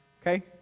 Okay